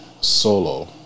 solo